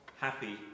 happy